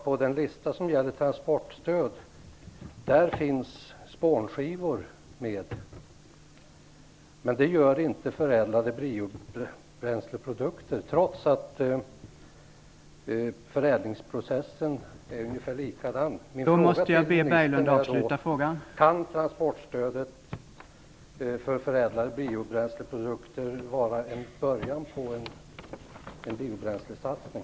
På den lista som gäller transportstöd upptas i dag spånskivor men inte förädlade biobränsleprodukter, trots att förädlingsprocessen är ungefär likadan. Kan transportstödet för förädlade biobränsleprodukter vara en början på en biobränslesatsning?